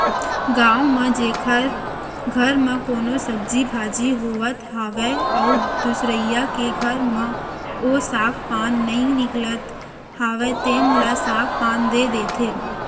गाँव म जेखर घर म कोनो सब्जी भाजी होवत हावय अउ दुसरइया के घर म ओ साग पान नइ निकलत हावय तेन ल साग पान दे देथे